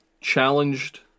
challenged